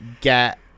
get